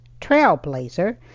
trailblazer